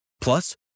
Plus